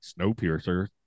Snowpiercer